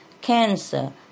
cancer